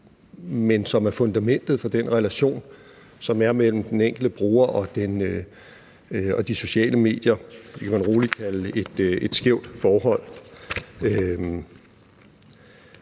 men det er fundamentet for den relation, som er mellem den enkelte bruger og de sociale medier, og det kan man roligt kalde et skævt forhold.